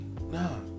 Nah